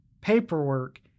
paperwork